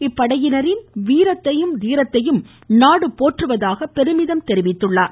இப்படையினரின் வீரத்தையும் தீரத்தையும் நாடு போற்றுவதாக பெருமிதம் தெரிவித்தார்